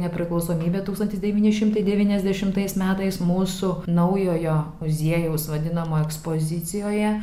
nepriklausomybę tūkstantis devyni šimtai devyniasdešimtais metais mūsų naujojo muziejaus vadinamo ekspozicijoje